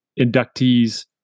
inductees